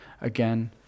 again